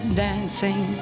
dancing